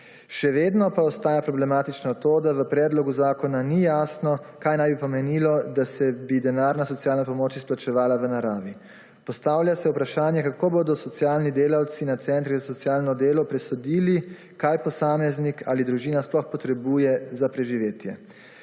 Še vedno pa ostaja problematično to, da v predlogu zakona ni jasno kaj naj bi pomenilo, da se bi denarna socialna pomoč izplačevala v naravi. Postavlja se vprašanje kako bodo socialni delavci na centrih za socialno delo presodili kaj posameznik ali družina sploh potrebuje za preživetje.